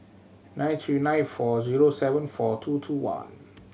nine three nine four zero seven four two two one